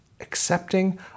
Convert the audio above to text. accepting